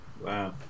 Wow